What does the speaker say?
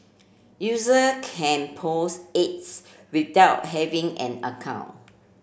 user can post ads without having an account